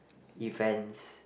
events